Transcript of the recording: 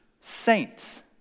saints